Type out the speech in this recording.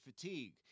fatigue